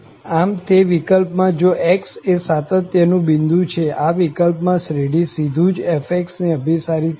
આમ તે વિકલ્પમાં જો x એ સાતત્ય નું બિંદુ છે આ વિકલ્પમાં શ્રેઢી સીધું જ f ને અભિસારી થશે